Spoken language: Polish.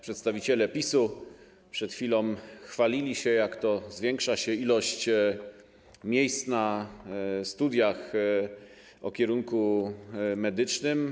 Przedstawiciele PiS-u przed chwilą chwalili się, jak zwiększa się ilość miejsc na studiach o kierunku medycznym.